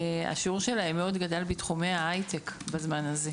השיעור שלהם מאוד גדל בתחומי ההייטק בזמן הזה,